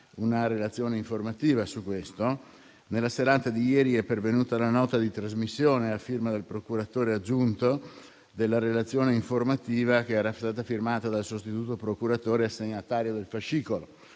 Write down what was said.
una relazione informativa su questo. Nella serata di ieri è pervenuta la nota di trasmissione a firma del procuratore aggiunto della relazione informativa, che era stata firmata dal sostituto procuratore assegnatario del fascicolo,